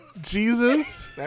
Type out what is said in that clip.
Jesus